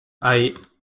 eight